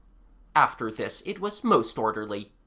after this it was most orderly.